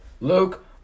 Luke